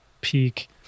Peak